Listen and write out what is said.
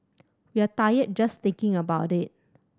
we're tired just thinking about it